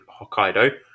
Hokkaido